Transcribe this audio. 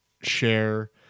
share